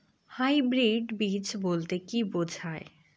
Hybrid বীজ বলতে কী বোঝায়?